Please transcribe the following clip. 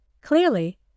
Clearly